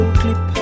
clip